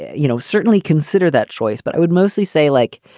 you know, certainly consider that choice. but i would mostly say, like,